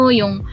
yung